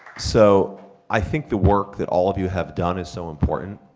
so i think the work that all of you have done is so important,